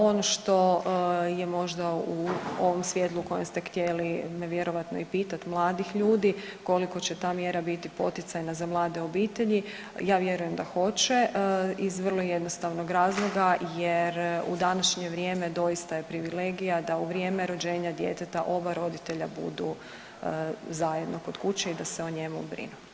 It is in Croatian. Ono što je možda u ovom svjetlu u kojem ste htjeli me vjerojatno i pitati mladih ljudi koliko će ta mjera biti poticajna za mlade obitelji, ja vjerujem da hoće iz vrlo jednostavnog razloga jer u današnje vrijeme doista je privilegija da u vrijeme rođenja djeteta oba roditelja budu zajedno kod kuće i da se o njemu brinu.